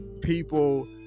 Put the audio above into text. people